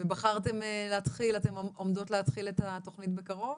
ובחרתן להתחיל את התוכנית בקרוב?